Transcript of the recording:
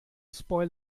spoil